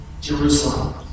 Jerusalem